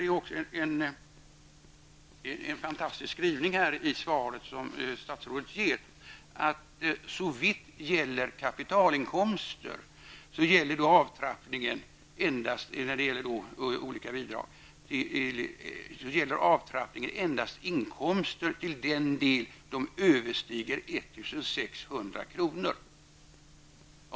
Det är därför en fantastisk skrivning i statsrådets svar när han framhåller att såvitt avser kapitalinkomster gäller avtrappningen ''endast'' inkomster till den del de överstiger 1 600 kr.